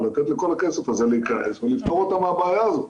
לתת לכל הכסף הזה להיכנס ולפתור את הבעיה הזאת.